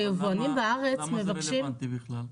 היבואנים בארץ מבקשים --- למה זה רלוונטי בכלל?